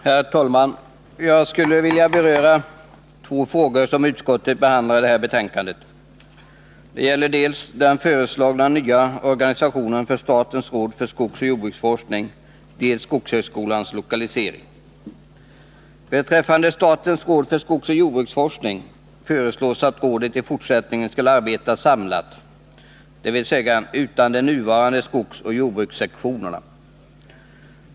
Herr talman! Jag skulle vilja beröra två frågor som utskottet behandlar i detta betänkande. Det gäller dels den föreslagna nya organisationen för statens råd för skogsoch jordbruksforskning, dels skogshögskolans lokalisering. Beträffande statens råd för skogsoch jordbruksforskning föreslås att rådet i fortsättningen skall arbeta samlat, dvs. utan de nuvarande skogsoch jordbrukssektionerna.